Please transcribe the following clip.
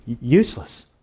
useless